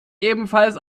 ebenfalls